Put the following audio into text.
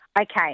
Okay